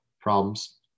problems